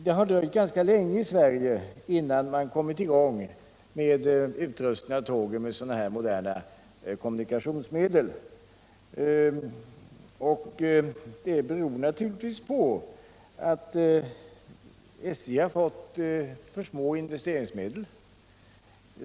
Det har dröjt ganska länge i Sverige innan man kommit i gång med att utrusta tågen med moderna kommunikationsmedel, och det har naturligtvis berott på att SJ har fått alltför små investeringsmedel.